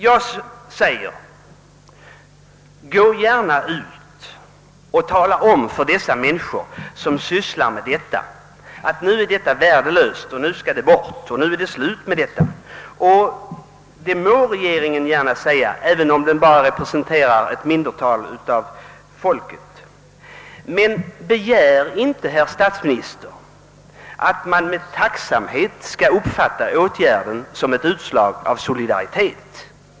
Jag säger: Gå gärna ut och tala om för de människor som sysslar med denna produktion att nu är deras arbete värdelöst, nu skall produktionen bort! Det må regeringen gärna säga, även om den bara representerar ett mindretal av folket. Men begär inte, herr statsminister, att man med tacksamhet skall uppfatta åtgärden som ett utslag av solidaritet!